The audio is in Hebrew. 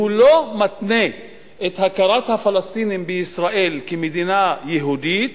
שהוא לא מעמיד את הכרת הפלסטינים בישראל כמדינה יהודית